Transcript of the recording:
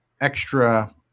extra